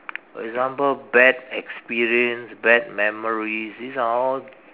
for example bad experience bad memories these are all